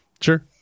Sure